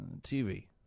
TV